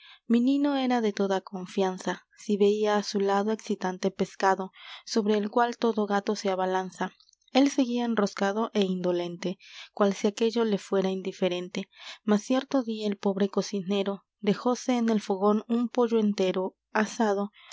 minino era de toda confianza si veía á su lado excitante pescado sobre el cual todo gato se abalanza él seguía enroscado é indolente cual si aquello le fuera indiferente mas cierto día el pobre cocinero dejóse en el fogón un pollo entero asado